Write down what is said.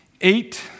Eight